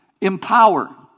Empower